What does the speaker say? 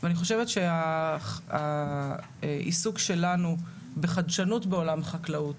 ואני חושבת שהעיסוק שלנו בחדשנות בעולם חקלאות,